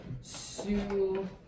sue